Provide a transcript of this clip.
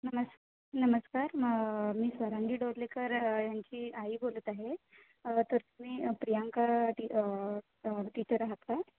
नमस् नमस्कार म मी स्वरांगी डोरलेकर यांची आई बोलत आहे तर तुम्ही प्रियांका टी टीचर आहात का